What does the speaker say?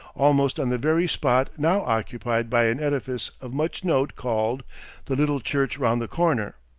almost on the very spot now occupied by an edifice of much note called the little church round the corner.